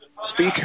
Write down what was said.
speak